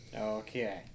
Okay